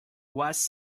was